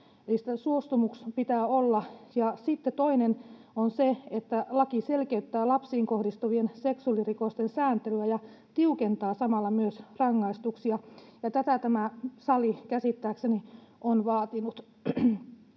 suostumus pitää olla. Sitten toinen on se, että laki selkeyttää lapsiin kohdistuvien seksuaalirikosten sääntelyä ja tiukentaa samalla myös rangaistuksia, ja tätä tämä sali käsittääkseni on vaatinut.